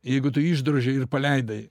jeigu tu išdrožei ir paleidai